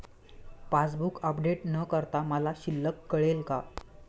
Passbook update न करता मला शिल्लक कळेल का?